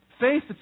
Faith